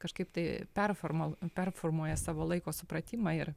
kažkaip tai performavo performuoja savo laiko supratimą ir